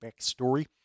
backstory